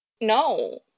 no